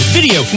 video